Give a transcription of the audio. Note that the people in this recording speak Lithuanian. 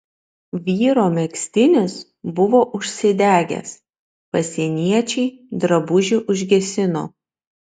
vyro megztinis buvo užsidegęs pasieniečiai drabužį užgesino